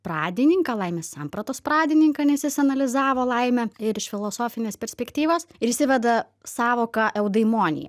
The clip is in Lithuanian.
pradininką laimės sampratos pradininką nes jis analizavo laimę ir iš filosofinės perspektyvos ir jis įveda sąvoką eudaimonia